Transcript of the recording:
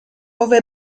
ove